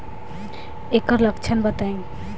ऐकर लक्षण बताई?